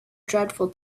dreadful